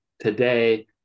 today